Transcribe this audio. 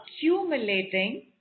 accumulating